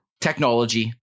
technology